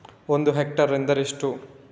ಒಂದು ಹೆಕ್ಟೇರ್ ಎಂದರೆ ಎಷ್ಟು?